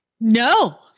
no